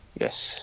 yes